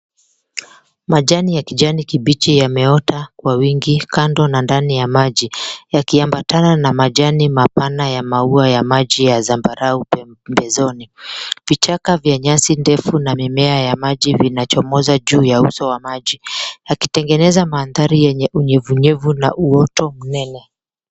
Majani ya kijani kibichi yameota kwa wingi kando na ndani ya maji yakiambatana na majani mapana ya maua ya maji ya zambarau pembezoni. Vichaka vya nyasi ndefu na mimea ya maji vinachomoza juu ya uso wa maji yakitengeneza mandhari yenye unyevunyevu na uoto mnene.